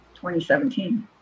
2017